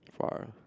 Far